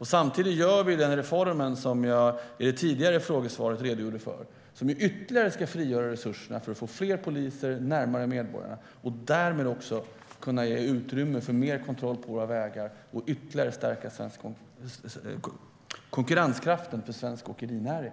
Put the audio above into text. Samtidigt gör vi den reform som jag redogjorde för i det tidigare frågesvaret och som ska frigöra resurser för att få fler poliser närmare medborgarna och därmed ge utrymme för fler kontroller på våra vägar och ytterligare stärka konkurrenskraften för svensk åkerinäring.